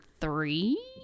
three